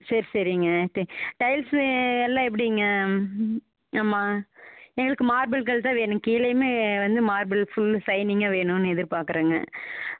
sir சரிங்க டே tiles எல்லாம் எப்படிங்க ஆமாம் எனக்கு மார்பிள் கல் தான் வேணும் கீழேயுமே வந்து மார்பிள் ஃபுல் ஷைனிங்காக வேணும்ன்னு எதிர் பார்க்கிறேங்க